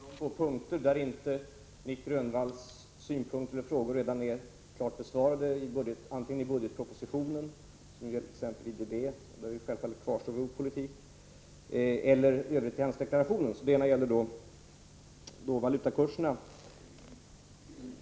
Herr talman! Jag skall kort beröra Nic Grönvalls frågor eller synpunkter på de två punkter som inte redan har behandlats antingen i budgetpropositionen —- vilket exempelvis är fallet när det gäller IDB, där vi självfallet står fast vid vår politik — eller i den handelspolitiska deklarationen. Den första frågan gäller valutakurserna.